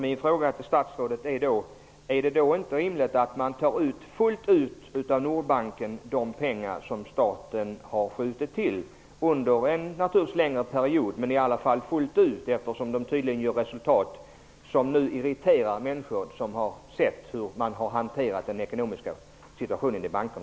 Min fråga till statsrådet Lundgren blir: Är det då inte rimligt att man tar fullt ut av Nordbanken de pengar som staten har skjutit till under en längre period, eftersom banken tydligen gör en vinst som irriterar människor som sett hur bankerna tidigare hanterat den ekonomiska situationen?